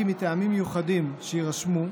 מטעמים מיוחדים שיירשמו,